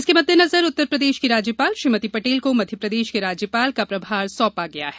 इसके मद्देनजर उत्तरप्रदेश की राज्यपाल श्रीमती पटेल को मध्यप्रदेश के राज्यपाल का प्रभार सौंपा गया है